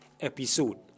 episode